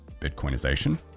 bitcoinization